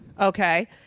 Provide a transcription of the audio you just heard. Okay